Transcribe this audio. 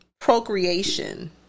procreation